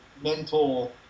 mental